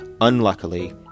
Unluckily